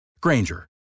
Granger